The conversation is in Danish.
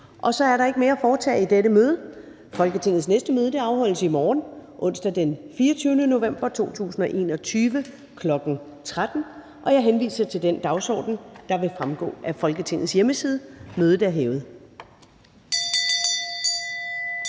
Der er ikke mere at foretage i dette møde. Folketingets næste møde afholdes i morgen, onsdag den 24. november 2021, kl. 13.00. Jeg henviser til den dagsorden, der vil fremgå af Folketingets hjemmeside. Mødet er hævet.